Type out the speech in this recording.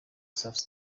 south